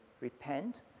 repent